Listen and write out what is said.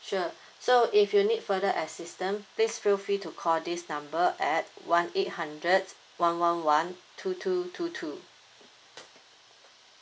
sure so if you need further assistant please feel free to call this number at one eight hundred one one one two two two two